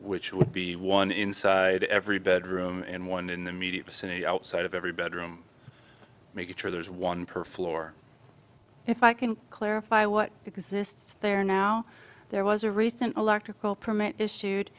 which would be one inside every bedroom and one in the immediate vicinity outside of every bedroom making sure there's one per floor if i can clarify what exists there now there was a recent electrical permit issued